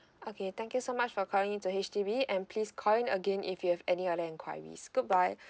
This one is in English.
okay thank you so much for calling in to H_D_B and please call in again if you have any other enquiries goodbye